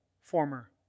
former